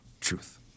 Truth